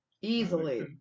Easily